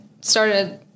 started